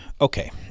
Okay